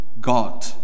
God